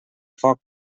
foc